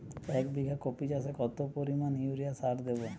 এক বিঘা কপি চাষে কত পরিমাণ ইউরিয়া সার দেবো?